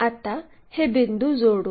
आता हे बिंदू जोडू